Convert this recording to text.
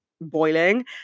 boiling